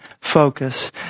focus